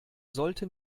sollte